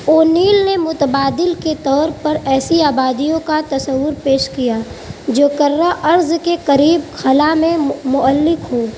O'Neil نے متبادل کے طور پر ایسی آبادیوں کا تصور پیش کیا جو کرہ ارض کے قریب خلا میں معلق ہوں